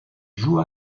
joue